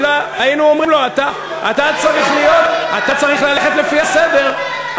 היינו אומרים לו: אתה צריך ללכת לפי הסדר.